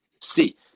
see